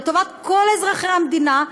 לטובת כל אזרחי המדינה,